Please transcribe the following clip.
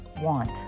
Want